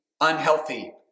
unhealthy